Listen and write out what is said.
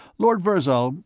lord virzal,